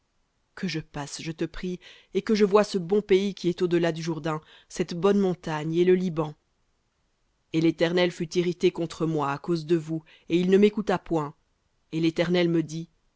que je passe je te prie et que je voie ce bon pays qui est au delà du jourdain cette bonne montagne et le liban et l'éternel fut irrité contre moi à cause de vous et il ne m'écouta point et l'éternel me dit